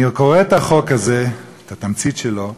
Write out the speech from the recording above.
אני קורא את החוק הזה, את התמצית שלו,